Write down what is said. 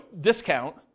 discount